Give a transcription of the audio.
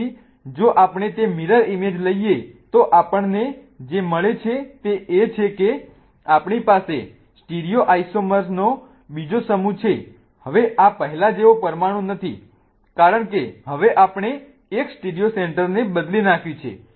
તેથી જો આપણે તે મિરર ઈમેજ લઈએ તો આપણને જે મળે છે તે એ છે કે આપણી પાસે સ્ટીરીયોઆઈસોમરનો બીજો સમૂહ છે હવે આ પહેલા જેવો પરમાણુ નથી કારણ કે હવે આપણે એક સ્ટીરીયો સેન્ટરને બદલી નાખ્યું છે